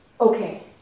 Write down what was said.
Okay